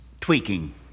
tweaking